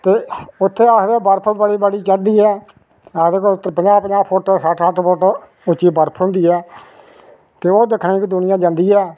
ते उत्थेै आक्खदे बर्फ बड़ी बड़ी चढ़दी ऐ आक्खदे उत्थै कोई पंजा फुट छठ छठ फुट उच्ची बर्फ होंदी ऐ ते ओह दिक्खने गी दुनिया जंदी ऐ